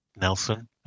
Nelson